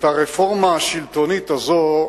את הרפורמה השלטונית הזאת,